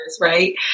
Right